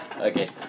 Okay